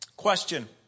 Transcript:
Question